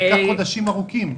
זה ייקח חודשים ארוכים.